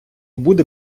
буде